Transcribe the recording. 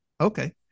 Okay